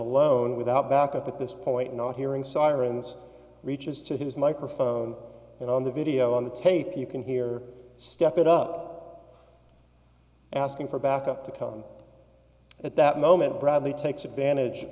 alone without backup at this point not hearing sirens reaches to his microphone and on the video on the tape you can hear step it up asking for backup to come at that moment bradley takes advantage